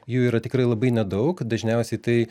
jų yra tikrai labai nedaug dažniausiai tai